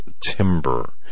Timber